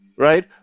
Right